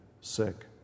sick